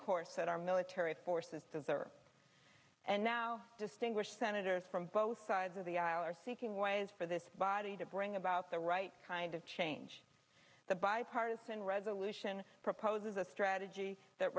course that our military forces are and now distinguished senators from both sides of the aisle are seeking ways for this body to bring about the right kind of change the bipartisan resolution proposes a strategy that